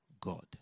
God